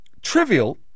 trivial